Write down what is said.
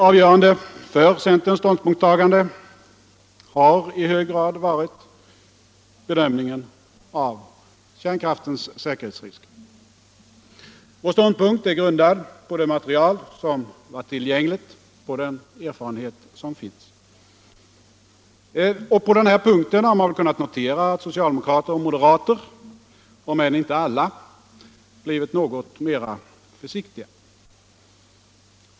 Avgörande för centerns ståndpunktstagande har i hög grad varit bedömningen av kärnkraftens säkerhetsrisker. Vår ståndpunkt är grundad på det material som varit tillgängligt och på den erfarenhet som finns. På den här punkten har man kunnat notera att socialdemokrater och moderater, om än inte alla, blivit något mera försiktiga.